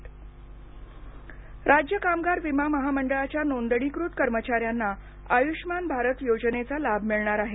e S I C राज्य कामगार विमा महामंडळाच्या नोंदणीकृत कर्मचा यांना आयुष्यमान भारत योजनेचा लाभ मिळणार आहे